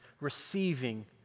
receiving